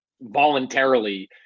voluntarily